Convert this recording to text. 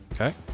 Okay